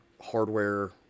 hardware